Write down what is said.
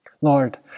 lord